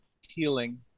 healing